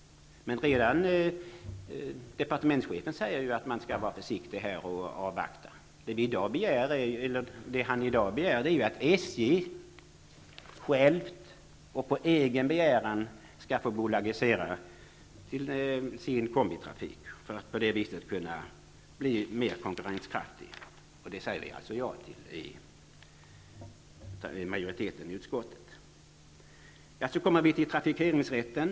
Men redan departementschefen säger ju att man skall vara försiktig här och avvakta. Det han i dag begär är att SJ självt och på egen begäran skall få bolagisera sin kombitrafik för att på det viset kunna bli mer konkurrenskraftig, och det säger majoriteten i utskottet alltså ja till. Så kommer vi till trafikeringsrätten.